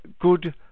good